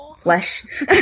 flesh